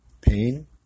Pain